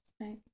Right